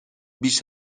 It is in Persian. بیش